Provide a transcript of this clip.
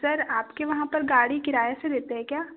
sir आपके वहाँ पर गाड़ी किराए से देते हैं क्या